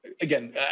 Again